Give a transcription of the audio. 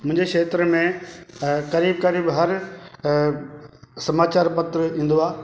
मुंहिजे खेत्र में अ क़रीब क़रीब हर अ समाचार पत्र ईंदो आहे